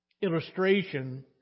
illustration